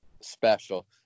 special